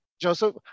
Joseph